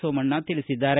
ಸೋಮಣ್ಣ ತಿಳಿಸಿದ್ದಾರೆ